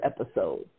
episode